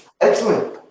Excellent